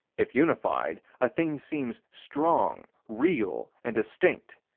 if unified, a thing seems strong, real, and distinct